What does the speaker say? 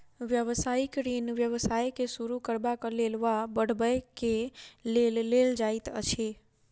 व्यवसायिक ऋण व्यवसाय के शुरू करबाक लेल वा बढ़बय के लेल लेल जाइत अछि